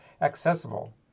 accessible